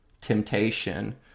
temptation